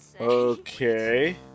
Okay